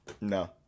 No